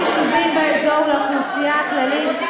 יישובים באזור לאוכלוסייה הכללית.